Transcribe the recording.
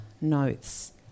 notes